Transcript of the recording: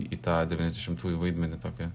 į tą devyniasdešimtųjų vaidmenį tokį